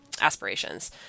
aspirations